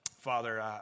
Father